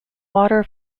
water